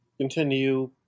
continue